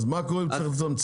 אז מה קורה אם צריך לצמצמם?